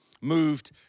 moved